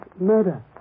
murder